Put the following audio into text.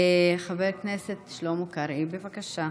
חבר הכנסת שלמה קרעי, בבקשה.